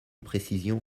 précision